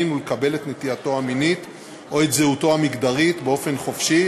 ולקבל את נטייתו המינית או את זהותו המגדרית באופן חופשי,